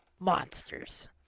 monsters